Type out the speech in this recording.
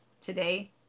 today